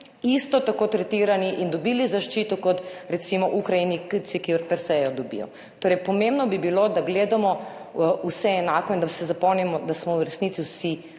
isto tako tretirani in dobili zaščito kot recimo Ukrajinci kjer / nerazumljivo/ jo dobijo. Torej, pomembno bi bilo, da gledamo vse enako in da si zapomnimo, da smo v resnici vsi